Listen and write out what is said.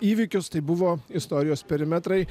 įvykius tai buvo istorijos perimetrai